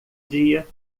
dia